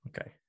Okay